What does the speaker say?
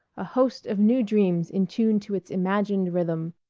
a host of new dreams in tune to its imagined rhythm,